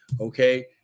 Okay